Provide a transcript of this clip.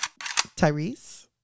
Tyrese